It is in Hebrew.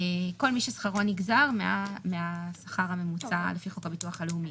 כל מי ששכרו נגזר מהשכר הממוצע לפי חוק הביטוח הלאומי.